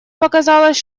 показалось